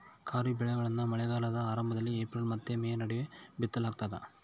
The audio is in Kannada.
ಖಾರಿಫ್ ಬೆಳೆಗಳನ್ನ ಮಳೆಗಾಲದ ಆರಂಭದಲ್ಲಿ ಏಪ್ರಿಲ್ ಮತ್ತು ಮೇ ನಡುವೆ ಬಿತ್ತಲಾಗ್ತದ